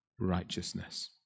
righteousness